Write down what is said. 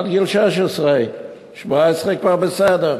עד גיל 16, 17 כבר בסדר,